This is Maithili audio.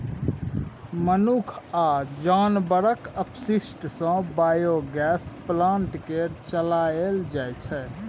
मनुख आ जानबरक अपशिष्ट सँ बायोगैस प्लांट केँ चलाएल जाइ छै